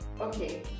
okay